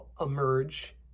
emerge